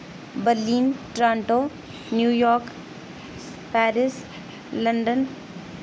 Berlin Toronto New York Paris London